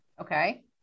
okay